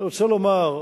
אני רוצה לומר,